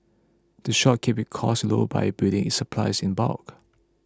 the shop keeps its costs low by buying its supplies in bulk